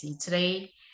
Today